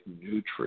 nutrients